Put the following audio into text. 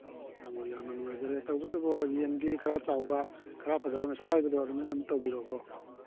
ꯑꯣ ꯌꯥꯝꯅ ꯅꯨꯡꯉꯥꯏꯖꯔꯦ ꯇꯧꯕꯇꯕꯨ ꯌꯦꯟꯗꯤ ꯈꯔ ꯆꯥꯎꯕ ꯈꯔ ꯐꯖꯕ ꯉꯁꯥꯏ ꯍꯥꯏꯕꯗꯨ ꯑꯗꯨꯃꯥꯏꯅ ꯑꯃ ꯇꯧꯕꯤꯔꯛꯎꯀꯣ